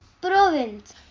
province